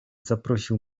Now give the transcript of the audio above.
zaprosił